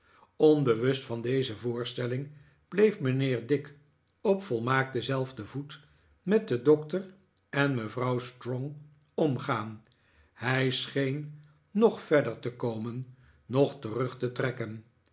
onbewust van deze voorstelling bleef mijnheer dick op volmaakt denzelfden voet met den doctor en mevrouw strong omgaan hij scheen noch verder te komen noch terug te trekken